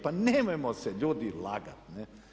Pa nemojmo se ljudi lagati.